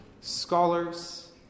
scholars